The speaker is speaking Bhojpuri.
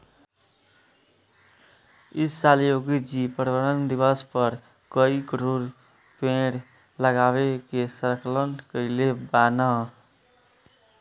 इ साल योगी जी पर्यावरण दिवस पअ कई करोड़ पेड़ लगावे के संकल्प कइले बानअ